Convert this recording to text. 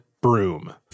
broom